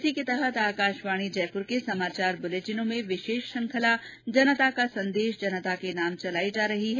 इसी के तहत आकाशवाणी जयपुर के समाचार बुलेटिनों में विशेष श्रृंखला जनता का संदेश जनता के नाम चलाई जा रही है